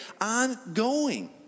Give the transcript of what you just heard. ongoing